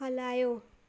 हलायो